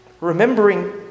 Remembering